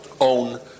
own